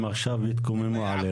עכשיו הם יתקוממו עלינו,